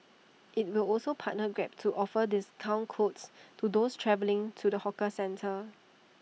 IT will also partner grab to offer discount codes to those travelling to the hawker centre